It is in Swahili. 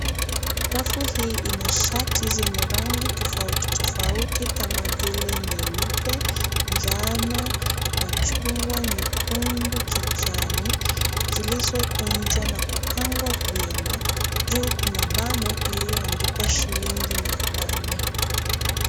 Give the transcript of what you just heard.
Rafu hii ina shati zenye rangi tofauti tofauti kama vile nyeupe, njano, machungwa, nyekundu, kijani zilizokunjwa na kupangwa vyema. Juu kuna bango iliyoandikwa shilingi mia nane.